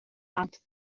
بعد